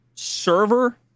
Server